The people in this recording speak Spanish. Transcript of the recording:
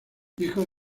hijo